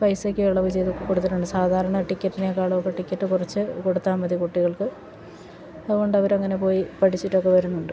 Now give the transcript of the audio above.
പൈസയൊക്കെ ഇളവ് ചെയ്തൊക്കെ കൊടുത്തിട്ടുണ്ട് സാധാരണ ടിക്കറ്റിനേക്കാളൊക്കെ ടിക്കറ്റ് കുറച്ചു കൊടുത്താൽ മതി കുട്ടികൾക്ക് അതു കൊണ്ടവരങ്ങനെ പോയി പഠിച്ചിട്ടൊക്കെ വരുന്നുണ്ട്